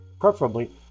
preferably